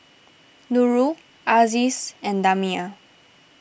Nurul Aziz and Damia